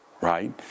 right